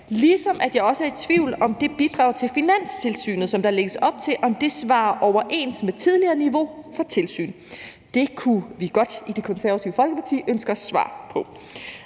ligesom jeg også er i tvivl om, om det bidrag til Finanstilsynet, som der lægges op til, stemmer overens med det tidligere niveau for tilsyn. Det kunne vi i Det Konservative Folkeparti godt ønske os svar på.